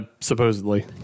Supposedly